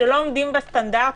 שלא עומדים בסטנדרטים,